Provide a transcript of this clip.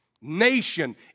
nation